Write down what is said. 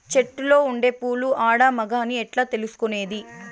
చెట్టులో ఉండే పూలు ఆడ, మగ అని ఎట్లా తెలుసుకునేది?